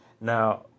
Now